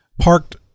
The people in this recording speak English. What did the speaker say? parked